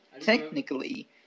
Technically